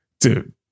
dude